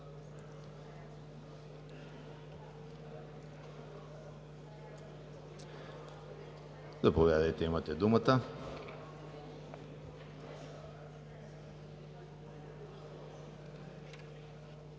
Заповядайте, имате думата.